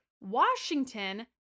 Washington